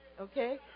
okay